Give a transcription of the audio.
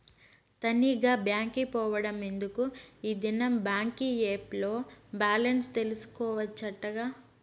తనీగా బాంకి పోవుడెందుకూ, ఈ దినం బాంకీ ఏప్ ల్లో బాలెన్స్ తెల్సుకోవచ్చటగా